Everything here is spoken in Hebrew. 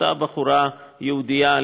אותה בחורה יהודייה,